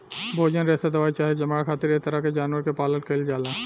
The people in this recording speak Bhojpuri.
भोजन, रेशा दवाई चाहे चमड़ा खातिर ऐ तरह के जानवर के पालल जाइल जाला